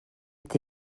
est